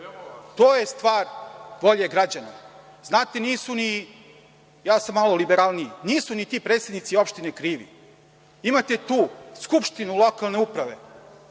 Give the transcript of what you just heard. to je stvar volje građana. Ja sam malo liberalniji, nisu ni ti predsednici opština krivi. Imate tu skupštinu lokalne uprave